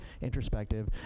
introspective